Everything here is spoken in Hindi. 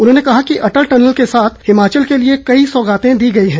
उन्होंने कहा कि अटल टनल के साथ हिमाचल के लिए कई सौगातें दी गई हैं